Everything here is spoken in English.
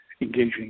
engaging